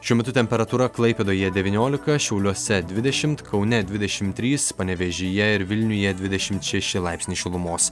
šiuo metu temperatūra klaipėdoje devyniolika šiauliuose dvidešim kaune dvidešim trys panevėžyje ir vilniuje dvidešim šeši laipsniai šilumos